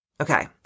Okay